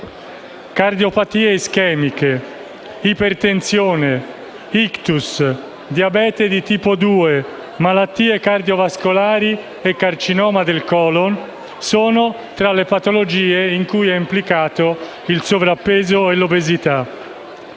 Cardiopatie ischemiche, ipertensione, *ictus*, diabete di tipo 2, malattie cardiovascolari e carcinoma del colon sono tra le patologie in cui sono implicati il sovrappeso e l'obesità.